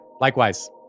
likewise